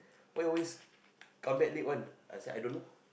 why you always come back late one I say I don't know